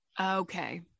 okay